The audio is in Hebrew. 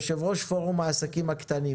יושב-ראש פורום העסקים הקטנים,